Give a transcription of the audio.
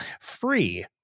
free